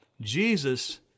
Jesus